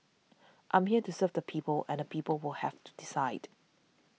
I'm here to serve the people and people will have to decide